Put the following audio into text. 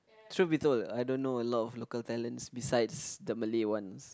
truth be told I don't know a lot of local talents besides the Malay ones